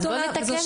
אז בוא נתקן את זה.